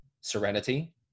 serenity